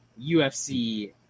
UFC